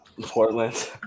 Portland